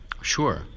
Sure